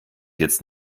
jetzt